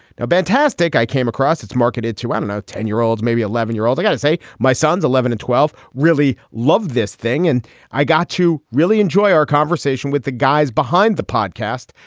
no band tastic. i came across it's marketed to and know ten year olds, maybe eleven year olds. i got to say, my sons, eleven and twelve really love this thing. and i got to really enjoy our conversation with the guys behind the podcast.